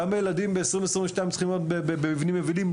למה ילדים ב-2022 צריכים ללמוד במבנים יבילים?